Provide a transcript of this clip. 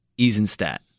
Eisenstadt